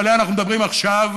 שעליה אנחנו מדברים עכשיו,